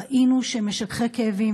ראינו שמשככי כאבים,